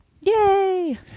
Yay